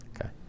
okay